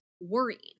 worrying